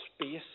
space